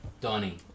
Donnie